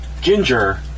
Ginger